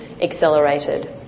accelerated